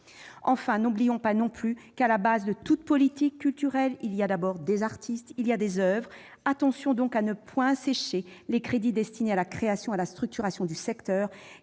N'oublions pas non plus qu'à la base de toute politique culturelle il y a d'abord des artistes et des oeuvres. Attention donc à ne point assécher les crédits destinés à la création et à la structuration de ce secteur,